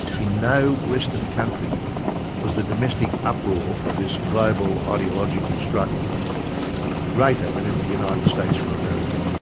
in no western country was the domestic uproar of this global ideological struggle greater than in the united states of america.